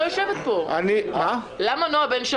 הרי אני לא יוצר פה דין חדש.